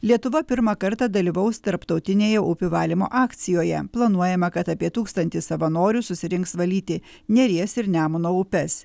lietuva pirmą kartą dalyvaus tarptautinėje upių valymo akcijoje planuojama kad apie tūkstantį savanorių susirinks valyti neries ir nemuno upes